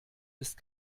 ist